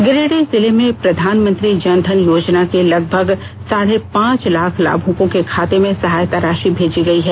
गिरिडीह जिले में प्रधानमंत्री जन धन योजना के लगभग साढ़े पांच लाख लाभुकों के खाते में सहायता राषि मेजी गई है